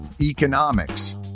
economics